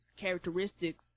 characteristics